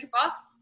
bucks